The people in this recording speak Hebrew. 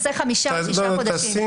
נעשה חמישה חודשים.